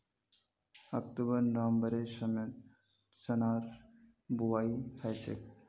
October नवंबरेर समयत चनार बुवाई हछेक